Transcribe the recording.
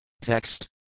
TEXT